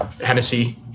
Hennessy